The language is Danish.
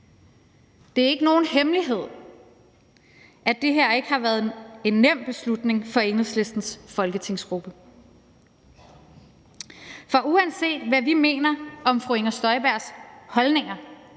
Det er ikke nogen hemmelighed, at det her ikke har været en nem beslutning for Enhedslistens folketingsgruppe. For uanset hvad vi mener om fru Inger Støjbergs holdninger